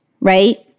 right